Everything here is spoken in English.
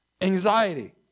Anxiety